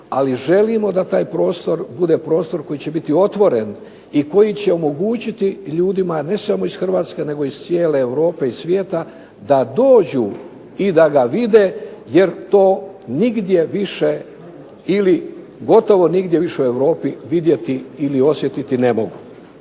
ali želimo da taj prostor bude prostor koji će bit otvoren i koji će omogućiti ljudima ne samo iz Hrvatske nego iz cijele Europe i svijeta da dođu i da ga vide jer to nigdje više ili gotovo nigdje više u Europi vidjeti ili osjetiti ne mogu.